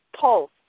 pulse